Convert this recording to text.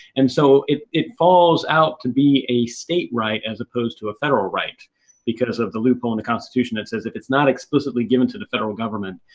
and so, it it falls out to be a state right as opposed to a federal right because of the loophole in the constitution that says if it's not explicitly given to the federal government,